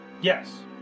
Yes